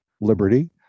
liberty